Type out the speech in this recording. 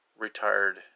Retired